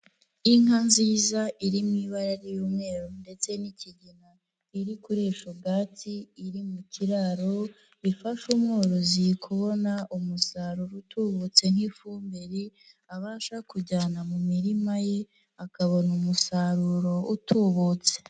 Inka nziza iri mu ibara ry'umweru ndetse n'ikigina, iri kuri ubwatsi iri mu kiraro, bifasha umworozi kubona umusaruro utubutse nk'ifumbiri abasha kujyana mu mirima ye, akabona umusaruro utubutse.